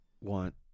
want